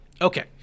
okay